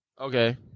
Okay